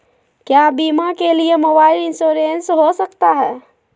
क्या बीमा के लिए मोबाइल इंश्योरेंस हो सकता है?